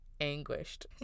anguished